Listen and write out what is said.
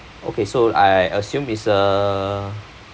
okay so I assume is uh